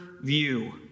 view